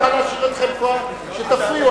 אני מוכן להשאיר אתכם אחר כך שתפריעו.